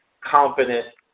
confident